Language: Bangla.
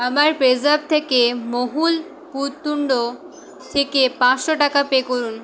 আমার পেজ্যাপ থেকে মহুল পুততুন্ড থেকে পাঁচশো টাকা পে করুন